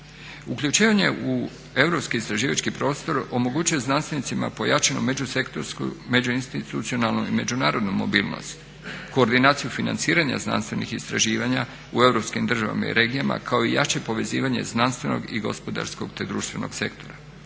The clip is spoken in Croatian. Uključivanje u europski istraživački prostor omogućuje znanstvenicima pojačanu međusektorsku, međuinstitucionalnu i međunarodnu mobilnost, koordinaciju financiranja znanstvenih istraživanja u europskim državama i regijama kao i jače povezivanje znanstvenog i gospodarskog te društvenog sektora.